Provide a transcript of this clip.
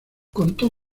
contó